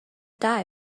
die